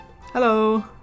Hello